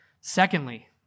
Secondly